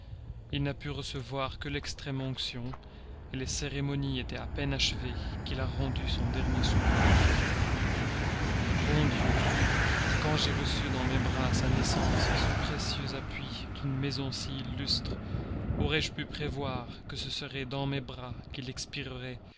il n'a pu recevoir que lextrême onction la cérémonie était à peine achevée qu'il a rendu son dernier soupir bon dieu quand j'ai reçu dans mes bras à sa naissance ce précieux appui d'une maison si illustre aurais-je pu prévoir que ce serait dans mes bras qu'il expirerait